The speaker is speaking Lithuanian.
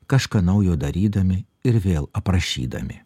kažką naujo darydami ir vėl aprašydami